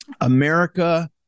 America